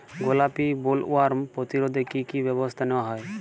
গোলাপী বোলওয়ার্ম প্রতিরোধে কী কী ব্যবস্থা নেওয়া হয়?